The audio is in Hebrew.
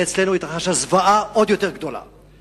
הנה, אצלנו הזוועה עוד יותר גדולה,